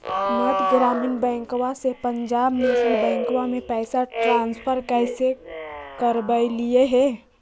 मध्य ग्रामीण बैंकवा से पंजाब नेशनल बैंकवा मे पैसवा ट्रांसफर कैसे करवैलीऐ हे?